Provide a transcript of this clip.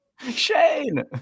Shane